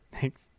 Thanks